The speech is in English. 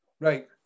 right